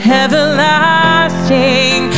everlasting